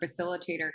facilitator